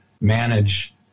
manage